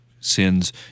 sins